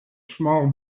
small